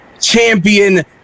champion